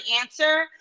answer